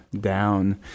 down